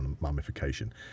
mummification